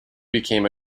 became